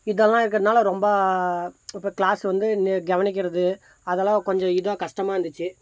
இதெல்லாம் இருக்கிறதுனால ரொம்ப இப்போ கிளாஸ் வந்து கவனிக்கிறது அதெல்லாம் கொஞ்சம் இதாக கஷ்டமாக இருந்துச்சு